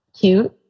cute